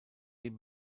dem